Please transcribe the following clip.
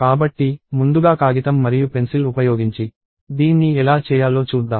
కాబట్టి ముందుగా కాగితం మరియు పెన్సిల్ ఉపయోగించి దీన్ని ఎలా చేయాలో చూద్దాం